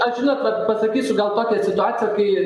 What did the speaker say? aš žinot vat pasakysiu gal tokią situaciją kai